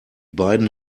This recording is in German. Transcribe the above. beiden